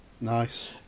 Nice